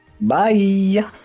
Bye